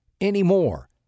anymore